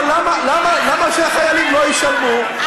למה שהחיילים לא ישלמו,